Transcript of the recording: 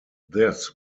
this